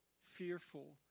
fearful